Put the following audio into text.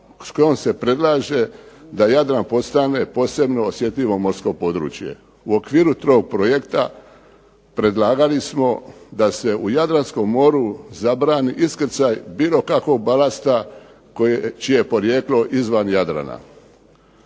s kojom se predlaže da Jadran postane posebno osjetljivo morsko područje. U okviru tog projekta predlagali smo da se u Jadranskom moru zabrani iskrcaj bilo kakvog balasta čije je porijeklo izvan Jadrana.